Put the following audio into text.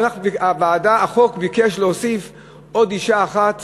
החוק ביקש להוסיף עוד אישה אחת